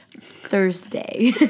Thursday